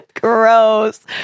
Gross